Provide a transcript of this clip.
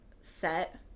set